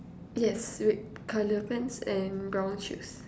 yes red colour pants and brown shoes